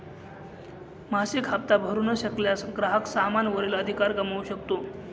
मासिक हप्ता भरू न शकल्यास, ग्राहक सामाना वरील अधिकार गमावू शकतो